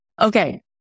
Okay